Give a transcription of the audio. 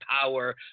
power